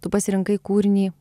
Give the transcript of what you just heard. tu pasirinkai kūrinį